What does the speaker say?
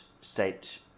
state